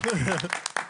(מחיאות כפיים)